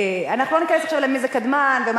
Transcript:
אנחנו לא ניכנס עכשיו למי זה קדמן ומה